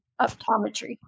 optometry